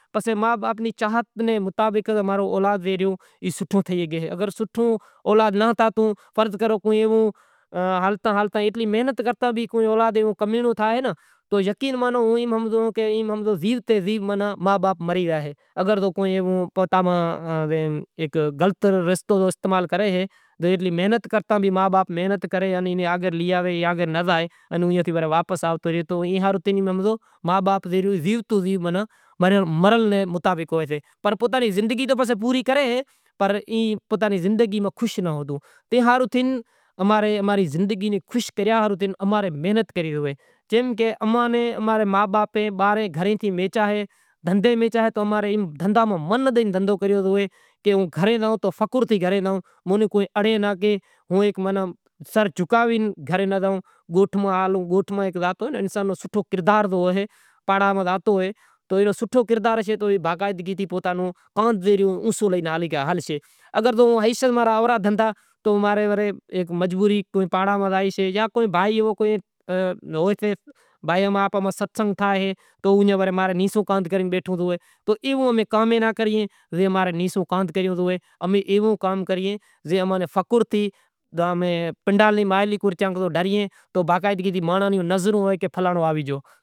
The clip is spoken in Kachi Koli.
پسے ماں باپ نی چاہت میں اگر اماں رو اولاد تھائی ریو او سوٹھو تھائے۔ اگر سوٹھو اولاد ناں ہتو تو فرض کرو ایوو حالتاں محنت کرتے بھی اولاد کمینڑو تھائے تو عقین ہمزو تو زیوتا زیوتا ما باپ مری گیا ایں لازمی کو شیارے رو صلاح کرسے آئل ناں کئی نام اہیں کو سروس نو آئل اہے ای بھی لگوی تو ای بھی صحیح اہے۔ سروس نو بھی صحیح اہے مثال جام اہیں ہازکل سروس آئل سوٹھو ہلے ریو۔ تیر تی گیو تو ماناں ہائی کام اہے تو آہستے آہستے ٹیم نو بھی خیال کرنڑو پڑے ہر مانڑو کہیسے کہ ماں رو کام ٹیم ماتھے تھئی زائے اینو کرے ٹیم دشیو تو گراہک آوشے ٹیم نہیں دیئں تو فائدو کیوو استاد بئے تانڑی کام آوے۔ ٹیم دشیو تو گراہک آوشے ٹیم نہیں دیاں تو گراہک چیاں آوشے۔ تو اینی وجہ سے کام میں ماشا اللہ صحیح اہے آہستے آہستے کام ودھے ریو۔ گرمی آوی ریوں تو کام صحیح اے، کام وغیرہ کری ہیں گاڈی وغیرہ کائیں بھی خراب تھے زائے ٹیوننگ کرننوی ہوئے، پنچر تھے زائے۔